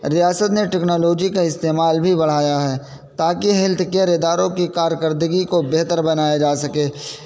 ریاست نے ٹیکنالوجی کا استعمال بھی بڑھایا ہے تاکہ ہیلتھ کیئر اداروں کی کارکردگی کو بہتر بنائے جا سکے